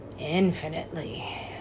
infinitely